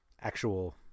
actual